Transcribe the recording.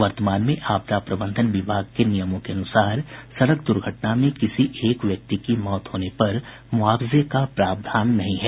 वर्तमान में आपदा प्रबंधन विभाग के नियमों के अनुसार सड़क दुर्घटना में किसी एक व्यक्ति की मौत होने पर मुआवजे का प्रावधान नहीं है